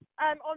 On